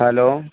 hello